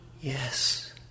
Yes